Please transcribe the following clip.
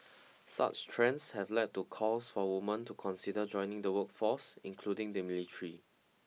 such trends have led to calls for woman to consider joining the workforce including the military